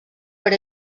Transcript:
per